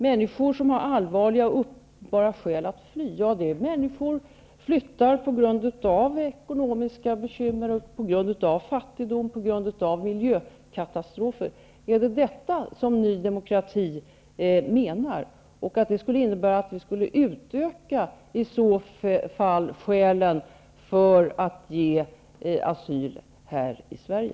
Menar Ny demokrati att människor som flyttar på grund av ekonomiska bekymmer, fattigdom och miljökatastrofer är människor som har allvarliga och uppenbara skäl att fly? Menar ni att vi i så fall skulle utöka skälen till att ge asyl här i Sverige.